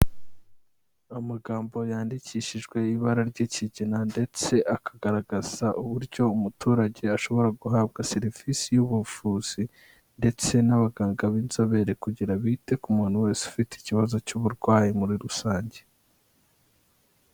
Amagambo yandikishijwe ibara ry'ikigina, ndetse akagaragaza uburyo umuturage ashobora guhabwa serivisi y'ubuvuzi, ndetse n'abaganga b'inzobere kugira ngo bite ku muntu wese ufite ikibazo cy'uburwayi muri rusange.